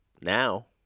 Now